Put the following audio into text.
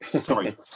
sorry